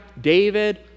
David